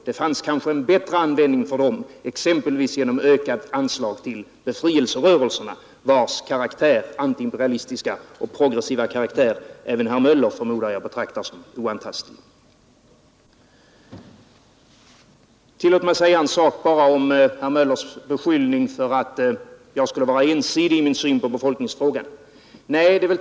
Det fanns kanske en bättre användning för dem, exempelvis genom ökat anslag till befrielserörelserna, vilkas antiimperialistiska och progressiva karaktär jag förmodar att även herr Möller betraktar som oantastlig. Herr Möller beskyller mig för att ha en ensidig syn på befolkningsfrågan. Tillåt mig att säga några ord härom.